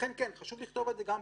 לכן כן, חשוב לכתוב את זה גם פה.